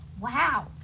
Wow